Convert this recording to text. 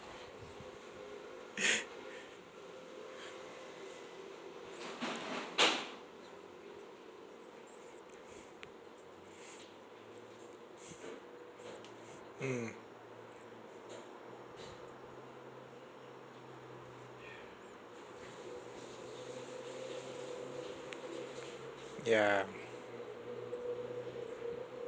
mm ya